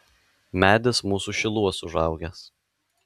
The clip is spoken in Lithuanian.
medis mūsų šiluos užaugęs